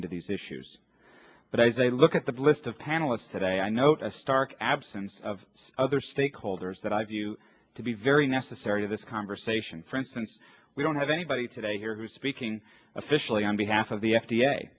into these issues but as they look at the list of panelists today i note a stark absence of other stakeholders that i view to be very necessary to this conversation for instance we don't have anybody today here who's speaking officially on behalf of the f